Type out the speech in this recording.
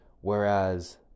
Whereas